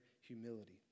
humility